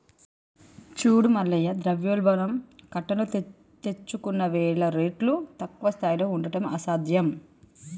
చూడు మల్లయ్య ద్రవ్యోల్బణం కట్టలు తెంచుకున్నవేల రేట్లు తక్కువ స్థాయిలో ఉండడం అసాధ్యం